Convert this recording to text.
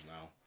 now